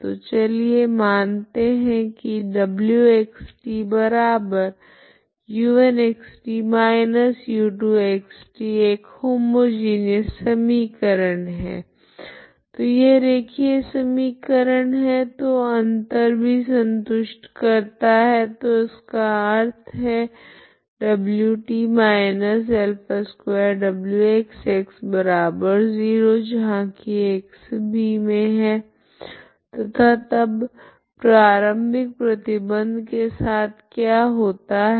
तो चलिए मानते है की wxtu1xt u2xt यह होमोजीनियस समीकरण है तो यह रेखीय समीकरण है तो अंतर भी संतुष्ट करता है तो इसका अर्थ wt−α2wxx0 तथा x∈ B है तथा तब प्रारम्भिक प्रतिबंध के साथ क्या होता है